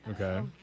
Okay